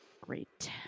great